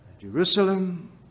Jerusalem